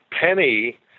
Penny